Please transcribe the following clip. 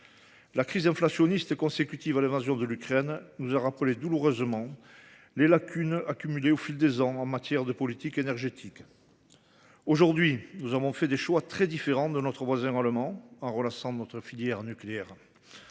La crise inflationniste, consécutive à l’invasion de l’Ukraine, nous a rappelé douloureusement les lacunes accumulées au fil des ans en matière de politique énergétique. Aujourd’hui, nous avons fait des choix très différents de notre voisin allemand, en relançant notre filière nucléaire.